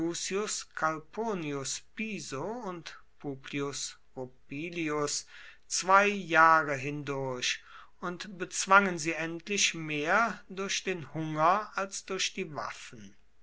und publius rupilius zwei jahre hindurch und bezwangen sie endlich mehr durch den hunger als durch die waffen